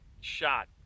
shot